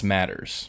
Matters